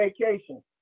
vacation